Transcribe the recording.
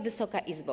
Wysoka Izbo!